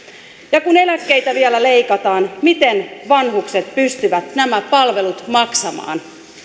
ja kun eläkkeitä vielä leikataan miten vanhukset pystyvät nämä palvelut maksamaan